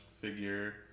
figure